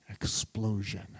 explosion